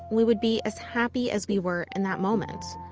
we would be as happy as we were in that moment.